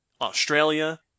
Australia